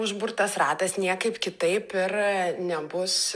užburtas ratas niekaip kitaip ir nebus